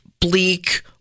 bleak